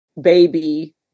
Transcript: Baby